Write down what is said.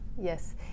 Yes